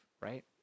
right